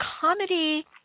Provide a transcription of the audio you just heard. comedy